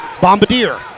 Bombardier